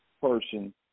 person